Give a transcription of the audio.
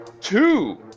two